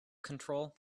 control